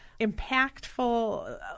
impactful